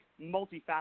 multifaceted